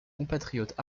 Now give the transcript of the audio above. compatriotes